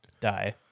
die